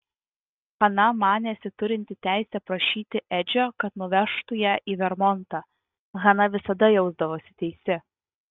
hana manėsi turinti teisę prašyti edžio kad nuvežtų ją į vermontą hana visada jausdavosi teisi